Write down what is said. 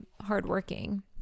hardworking